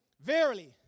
Verily